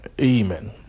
amen